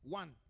one